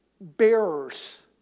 bearers